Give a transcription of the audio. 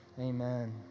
amen